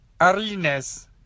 arenas